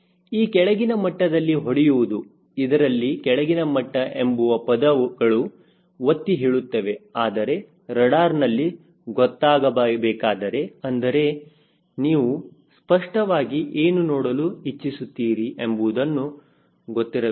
ಈ ಕೆಳಗಿನ ಮಟ್ಟದಲ್ಲಿ ಹೊಡೆಯುವುದು ಇದರಲ್ಲಿ ಕೆಳಗಿನ ಮಟ್ಟ ಎಂಬುವ ಪದಗಳು ಒತ್ತಿ ಹೇಳುತ್ತಿವೆ ಆದರೆ ರಡಾರ್ ನಲ್ಲಿ ಗೊತ್ತಾಗಬೇಕಾದರೆ ಅಂದರೆ ನೀವು ಸ್ಪಷ್ಟವಾಗಿ ಏನು ನೋಡಲು ಹೆಚ್ಚಿಸುತ್ತೀರಿ ಎಂಬುವುದು ಗೊತ್ತಿರಬೇಕು